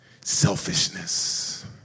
selfishness